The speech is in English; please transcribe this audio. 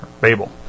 Babel